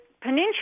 peninsula